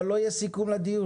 אבל לא יהיה סיכום לדיון.